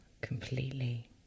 completely